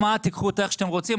תיקחו אותה איך שאתם רוצים,